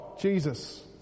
Jesus